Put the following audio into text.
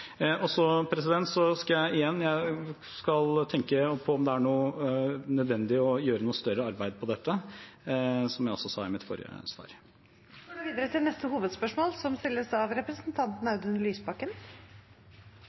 Igjen: Jeg skal tenke på om det er nødvendig å sette i gang et større arbeid om dette, som jeg også sa i mitt forrige svar. Vi går til neste hovedspørsmål. Jeg er redd jeg må kalle arbeids- og sosialministeren opp igjen. Hundrevis av